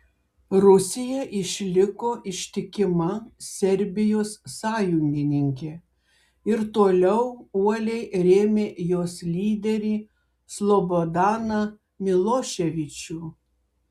rusija išliko ištikima serbijos sąjungininkė ir toliau uoliai rėmė jos lyderį slobodaną miloševičių